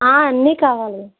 అన్నీ కావాలి